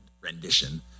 rendition